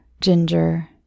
Ginger